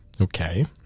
Okay